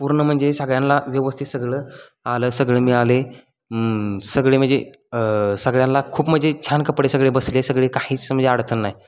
पूर्ण म्हणजे सगळ्यांला व्यवस्थित सगळं आलं सगळं मिळाले सगळे म्हणजे सगळ्यांला खूप म्हणजे छान कपडे सगळे बसले सगळे काहीच म्हणजे अडचण नाही